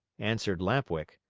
answered lamp-wick.